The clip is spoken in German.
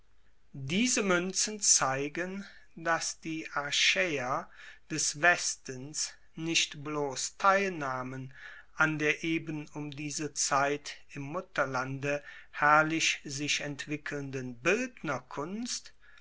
diese muenzen zeigen dass die achaeer des westens nicht bloss teilnahmen an der eben um diese zeit im mutterlande herrlich sich entwickelnden